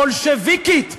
בולשביקית,